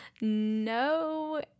no